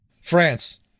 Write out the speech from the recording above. France